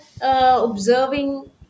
observing